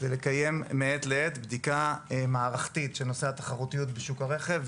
זה לקיים מעת לעת בדיקה מערכתית של נושא התחרותיות בשוק הרכב,